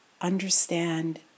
Understand